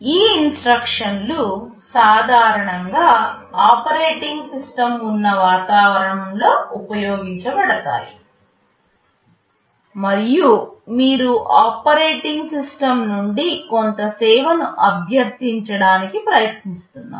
ఈ ఇన్స్ట్రక్షన్లు సాధారణంగా ఆపరేటింగ్ సిస్టమ్ ఉన్న వాతావరణంలో ఉపయోగించబడతాయి మరియు మీరు ఆపరేటింగ్ సిస్టమ్ నుండి కొంత సేవను అభ్యర్థించడానికి ప్రయత్నిస్తున్నారు